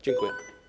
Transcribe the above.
Dziękuję.